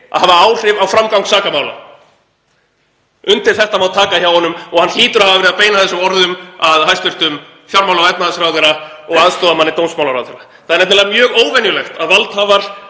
að hafa áhrif á framgang sakamála. Undir þetta má taka hjá honum og hann hlýtur að hafa verið að beina þessum orðum að hæstv. fjármála- og efnahagsráðherra og aðstoðarmanni dómsmálaráðherra. Það er nefnilega mjög óvenjulegt að valdhafar